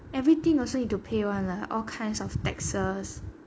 everything also you to pay [one] lah all kinds of taxes